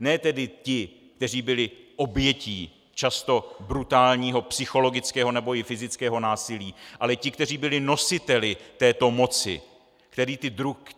Ne tedy ti, kteří byli obětí často brutálního psychologického nebo i fyzického násilí, ale ti, kteří byli nositeli této moci,